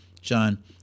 John